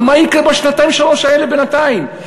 אבל מה יקרה בשנתיים-שלוש האלה, בינתיים?